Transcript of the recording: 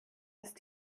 ist